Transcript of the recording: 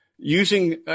Using